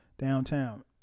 downtown